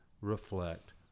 reflect